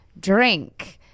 drink